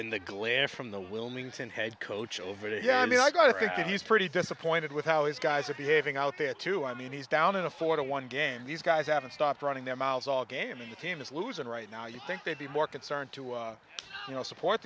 in the glare from the wilmington head coach over the yeah i mean i got to think that he's pretty disappointed with how his guys are behaving out there too i mean he's down in a four to one game these guys haven't stopped running their mouths all game in the team is losing right now you'd think they'd be more concerned to you know support